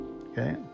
Okay